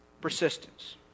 persistence